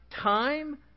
time